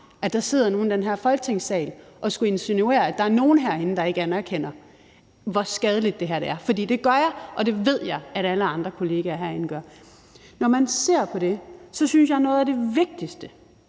at der sidder nogle i den her Folketingssal og skulle insinuere, at der er nogle herinde, der ikke anerkender, hvor skadeligt det her er. For det gør jeg, og det ved jeg at alle andre kolleger herinde gør. Når man ser på det, synes jeg, at noget af det vigtigste